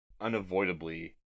unavoidably